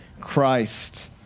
Christ